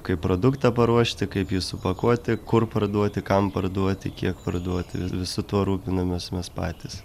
kaip produktą paruošti kaip jį supakuoti kur parduoti kam parduoti kiek parduoti vi visu tuo rūpinamės mes patys